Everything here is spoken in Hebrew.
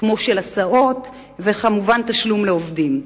כמו הסעות, וכמובן תשלום לעובדים.